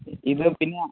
ഇത് പിന്നെ